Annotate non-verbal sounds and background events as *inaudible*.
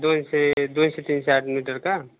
दोनशे दोनशे तीनशे *unintelligible* मिटर का